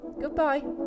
Goodbye